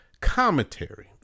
commentary